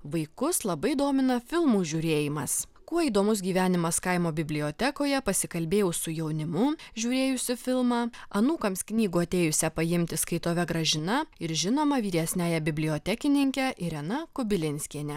vaikus labai domina filmų žiūrėjimas kuo įdomus gyvenimas kaimo bibliotekoje pasikalbėjau su jaunimu žiūrėjusiu filmą anūkams knygų atėjusią paimti skaitove gražina ir žinoma vyresniąja bibliotekininke irena kubilinskiene